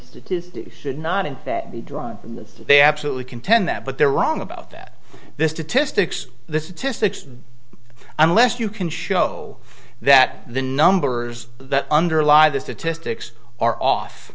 statistics should not in that be drawn from this they absolutely contend that but they're wrong about that this to to stix this test unless you can show that the numbers that underlie the statistics are off